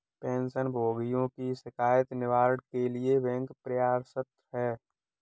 pension भोगियों की शिकायत निवारण के लिए बैंक प्रयासरत है